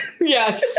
Yes